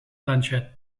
blanche